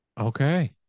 okay